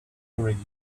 already